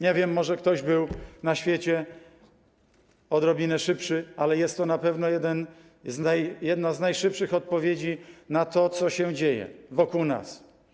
Nie wiem, może ktoś był na świecie odrobinę szybszy, ale jest to na pewno jedna z najszybszych odpowiedzi na to, co się dzieje wokół nas.